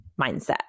mindset